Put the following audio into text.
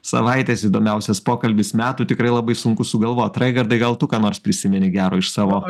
savaitės įdomiausias pokalbis metų tikrai labai sunku sugalvot raigardai gal tu ką nors prisimeni gero iš savo